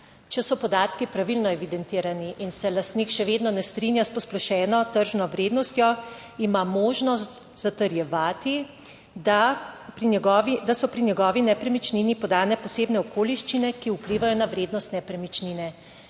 Če so podatki pravilno evidentirani in se lastnik še vedno ne strinja s posplošeno tržno vrednostjo ima možnost zatrjevati, da so pri njegovi nepremičnini podane posebne okoliščine, ki vplivajo na vrednost nepremičnine.